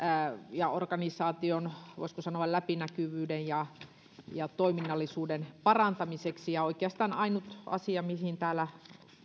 ja organisaation voisiko sanoa läpinäkyvyyden ja ja toiminnallisuuden parantamiseen ja oikeastaan ainut asia mihin täällä